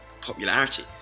popularity